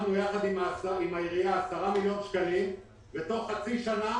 העמדנו יחד עם העירייה 10 מיליון שקלים ותוך חצי שנה